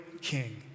king